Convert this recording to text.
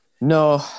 No